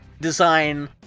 design